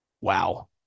wow